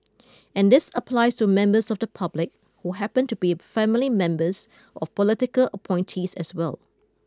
and this applies to members of the public who happen to be family members of political appointees as well